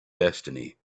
destiny